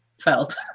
felt